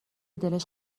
دلش